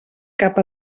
cap